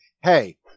hey